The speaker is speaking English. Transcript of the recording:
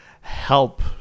help